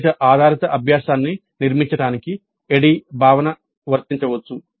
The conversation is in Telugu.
ఫలిత ఆధారిత అభ్యాసాన్ని నిర్మించడానికి ADDIE భావన వర్తించవచ్చు